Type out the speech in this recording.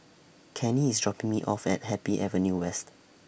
Kenny IS dropping Me off At Happy Avenue West